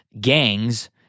gangs